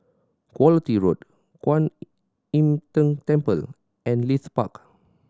Quality Road Kwan Im Tng Temple and Leith Park